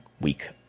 week